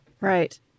Right